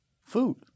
Food